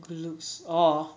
good looks or